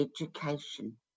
education